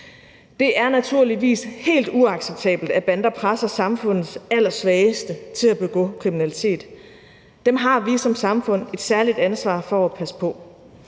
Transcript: Det er naturligvis helt uacceptabelt, at bander presser samfundets allersvageste til at begå kriminalitet. Dem har vi som samfund et særligt ansvar for at passe på.